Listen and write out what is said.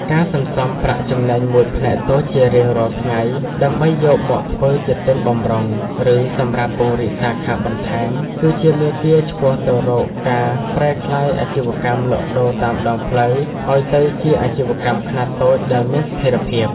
ការសន្សំប្រាក់ចំណេញមួយផ្នែកតូចជារៀងរាល់ថ្ងៃដើម្បីយកមកធ្វើជាទុនបម្រុង ឬសម្រាប់ពង្រីកសាខាបន្ថែម គឺជាមាគ៌ាឆ្ពោះទៅរកការប្រែក្លាយអាជីវកម្មលក់ដូរតាមដងផ្លូវឱ្យទៅជាអាជីវកម្មខ្នាតតូចដែលមានស្ថិរភាព។